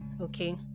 okay